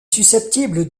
susceptible